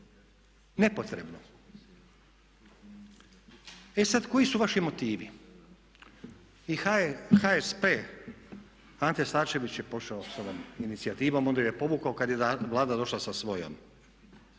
nepotrebnu. E sada koji su vaši motivi? I HSP Ante Starčević je pošao sa ovom inicijativom onda ju je povukao kada je Vlada došla sa svojom.